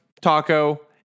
Taco